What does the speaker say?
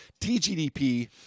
TGDP